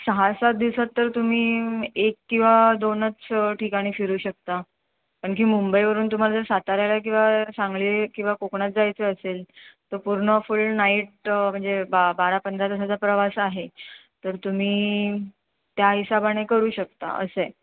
सहा सात दिवसात तर तुम्ही एक किंवा दोनच ठिकाणी फिरू शकता कारण की मुंबईवरून तुम्हाला जर साताऱ्याला किंवा सांगली किंवा कोकणात जायचं असेल तर पूर्ण फुल नाईट म्हणजे बा बारा पंधरा तासांचा प्रवास आहे तर तुम्ही त्या हिशोबाने करू शकता असे